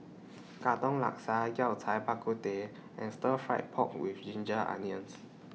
Katong Laksa Yao Cai Bak Kut Teh and Stir Fried Pork with Ginger Onions